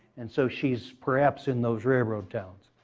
and so she's, perhaps, in those railroad towns.